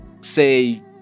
say